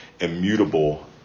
immutable